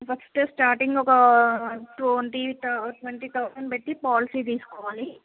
first starting ఒక twenty త twenty thousand పెట్టి పాలసీ తీసుకోవాలి